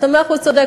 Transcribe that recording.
אתה מאה אחוז צודק.